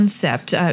concept